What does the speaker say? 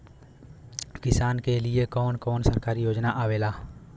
किसान के लिए कवन कवन सरकारी योजना आवेला?